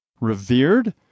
revered